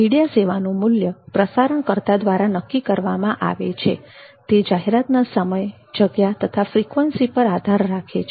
media સેવાનું મૂલ્ય પ્રસારણકર્તા દ્વારા નક્કી કરવામાં આવે છે અને તે જાહેરાતના સમય જગ્યા તથા ફ્રિકવન્સી પર આધાર રાખે છે